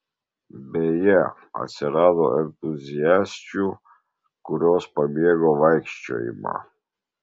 beje atsirado entuziasčių kurios pamėgo vaikščiojimą